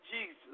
Jesus